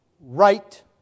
Right